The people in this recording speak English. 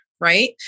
right